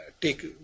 take